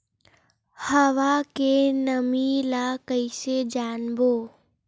हवा के नमी ल कइसे जानबो?